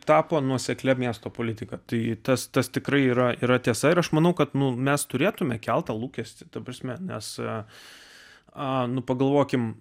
tapo nuosekli miesto politika tai tas tas tikrai yra yra tiesa ir aš manau kad mes turėtumėme kelti lūkestį ta prasme nes a nu pagalvokime